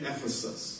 Ephesus